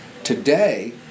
today